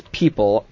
people